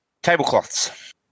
Tablecloths